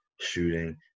shooting